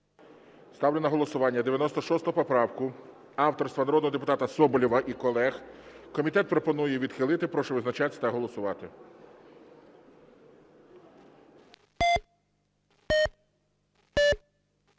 Ставлю на голосування 96 поправку авторства народного депутата Соболєва і колег. Комітет пропонує відхилити. Прошу визначатись та голосувати.